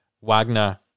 Wagner